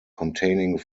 containing